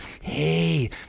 hey